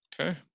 Okay